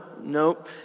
nope